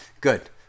Good